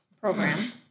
program